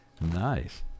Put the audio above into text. nice